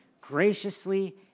graciously